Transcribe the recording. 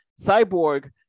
Cyborg